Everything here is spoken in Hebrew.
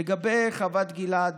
לגבי חוות גלעד,